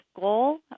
goal